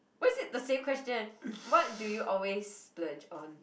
why is it the same question what do you always splurge on